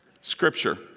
Scripture